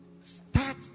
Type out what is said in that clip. Start